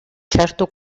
certo